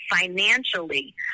financially